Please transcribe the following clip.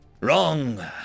Wrong